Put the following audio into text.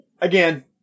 again